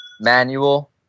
manual